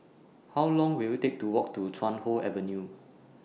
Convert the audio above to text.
How Long Will IT Take to Walk to Chuan Hoe Avenue